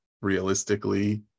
realistically